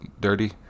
dirty